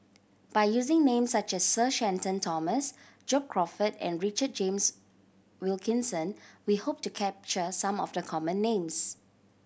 by using names such as Sir Shenton Thomas John Crawfurd and Richard James Wilkinson we hope to capture some of the common names